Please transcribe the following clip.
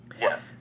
Yes